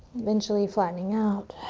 eventually flattening out.